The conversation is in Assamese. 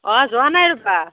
অঁ যোৱা নাই ৰ'বা